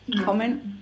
comment